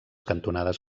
cantonades